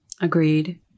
Agreed